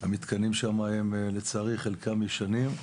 המתקנים שם לצערי, חלקם ישנים.